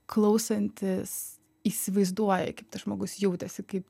klausantis įsivaizduoji kaip tas žmogus jautėsi kaip